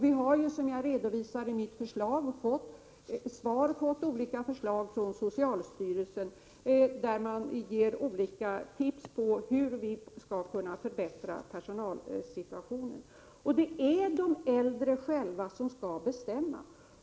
Vi har, som jag redovisar i mitt svar, fått olika förslag från socialstyrelsen, där man ger tips om hur vi skall kunna förbättra personalsituationen inom vården. Det är de äldre själva som skall bestämma.